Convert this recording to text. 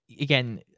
Again